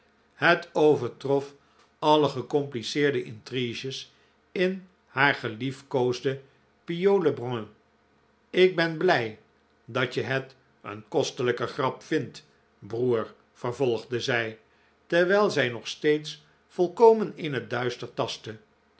het overtrof alle gecompliceerde intriges in haar geliefkoosden pigault le brun ik ben blij dat je het een kostelijke grap vindt broer vervolgde zij terwijl zij nog steeds volkomen in het duister tastte